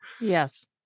yes